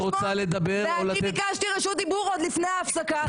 את רוצה לדבר או לתת --- ואני ביקשתי רשות דיבור עוד לפני ההפסקה.